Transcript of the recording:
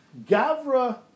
Gavra